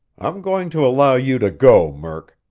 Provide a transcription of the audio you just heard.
i'm going to allow you to go, murk,